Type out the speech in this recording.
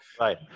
Right